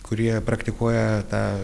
kurie praktikuoja tą